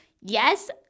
Yes